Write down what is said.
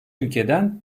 ülkeden